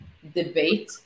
debate